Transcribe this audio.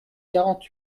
quarante